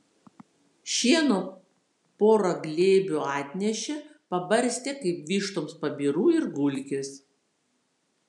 šieno pora glėbių atnešė pabarstė kaip vištoms pabirų ir gulkis